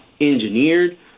engineered